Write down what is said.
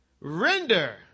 Render